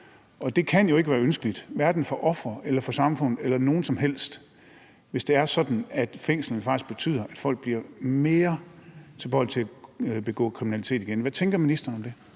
Og det kan jo ikke være ønskeligt, hverken for ofrene, for samfundet eller for nogen som helst, hvis det er sådan, at fængsling faktisk betyder, at folk bliver mere tilbøjelige til at begå kriminalitet igen. Hvad tænker ministeren om det?